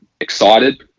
excited